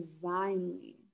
divinely